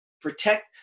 protect